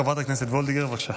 חברת הכנסת וולדיגר, בבקשה.